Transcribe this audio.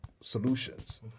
solutions